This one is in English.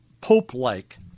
Pope-like